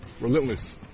Relentless